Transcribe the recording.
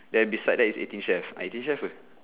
then beside there is eighteen chef eighteen chef with